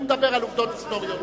הוא מדבר על עובדות היסטוריות.